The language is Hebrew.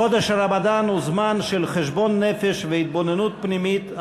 חודש הרמדאן הוא זמן של חשבון נפש והתבוננות פנימית,